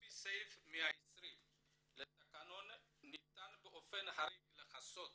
לפי סעיף 120 לתקנון ניתן באופן חריג לכסות